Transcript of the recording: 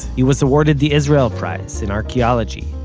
he was awarded the israel prize in archeology.